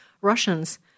Russians